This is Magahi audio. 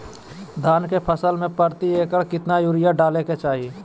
धान के फसल में प्रति एकड़ कितना यूरिया डाले के चाहि?